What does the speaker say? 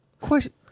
question